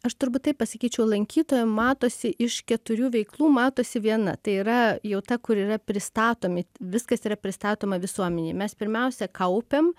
aš turbūt taip pasakyčiau lankytojam matosi iš keturių veiklų matosi viena tai yra jau ta kur yra pristatomi viskas yra pristatoma visuomenei mes pirmiausia kaupiam